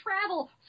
travel